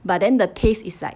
but then the taste is like